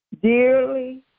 Dearly